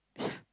yeah